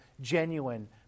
genuine